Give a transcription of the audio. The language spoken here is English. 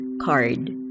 card